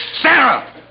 Sarah